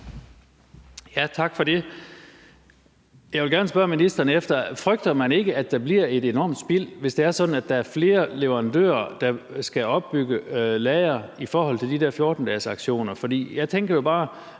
Tak for det. Jeg vil gerne spørge ministeren, om man ikke frygter, at der bliver et enormt spild, hvis det er sådan, at der er flere leverandører, der skal opbygge lagre i forhold til de der 14-dagesaktioner. For jeg tænker jo bare,